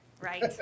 Right